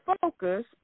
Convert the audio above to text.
focus